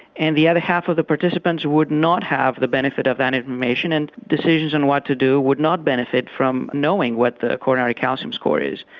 and the other half of the participants would not have the benefit of that information and decisions on what to do would not benefit from knowing what the coronary calcium score is.